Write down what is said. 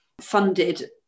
funded